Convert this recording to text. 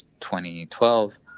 2012